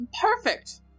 perfect